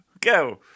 Go